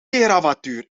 terawattuur